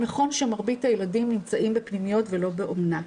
נכון שמרבית הילדים נמצאים בפנימיות ולא באומנה.